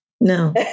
No